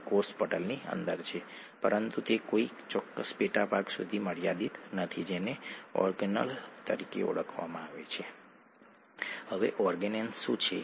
તે એટલા માટે છે કારણ કે ડીએનએ ગૂંચળાવાળા સ્વરૂપમાં છે ઠીક છે